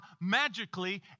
magically